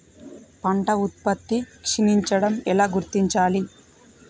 పంట ఉత్పత్తి క్షీణించడం ఎలా గుర్తించాలి?